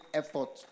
effort